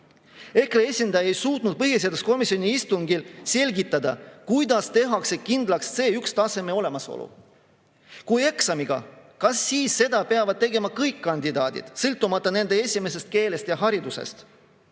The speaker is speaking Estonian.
EKRE esindaja ei suutnud põhiseaduskomisjoni istungil selgitada, kuidas tehakse kindlaks C1‑taseme olemasolu. Kui eksamiga, kas siis seda peavad tegema kõik kandidaadid, sõltumata nende esimesest keelest ja haridusest?